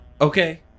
okay